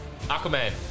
Aquaman